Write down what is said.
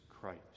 Christ